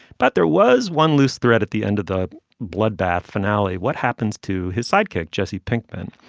but there was one loose thread at the end of the bloodbath finale. what happens to his sidekick jesse pinkman.